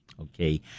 Okay